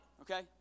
okay